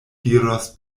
diros